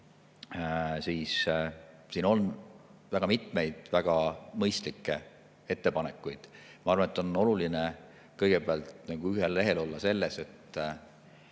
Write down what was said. siin on mitu väga mõistlikku ettepanekut. Ma arvan, et on oluline kõigepealt nagu ühel lehel olla selles, et